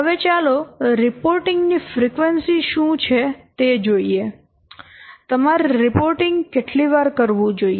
હવે ચાલો રિપોર્ટિંગ ની ફ્રીક્વન્સી શું છે તે જોઈએ તમારે રિપોર્ટિંગ કેટલી વાર કરવું જોઈએ